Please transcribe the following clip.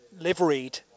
liveried